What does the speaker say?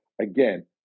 again